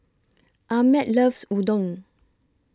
Ahmed loves Udon